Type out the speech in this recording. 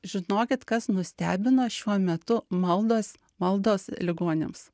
žinokit kas nustebino šiuo metu maldos maldos ligoniams